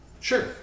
Sure